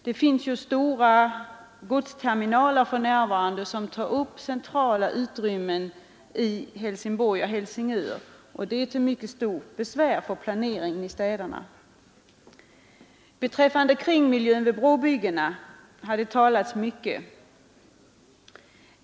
Det finns för närvarande stora godsterminaler som belägger centrala utrymmen i Helsingborg och Helsingör, och det är till mycket stort besvär för planeringen i städerna. Det har talats mycket om kringmiljön vid brobyggena.